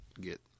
get